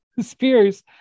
Spears